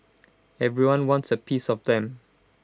everyone wants A piece of them